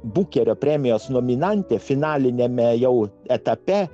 bukerio premijos nominantė finaliniame jau etape